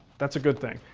that's a good thing.